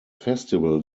festival